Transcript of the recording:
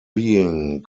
being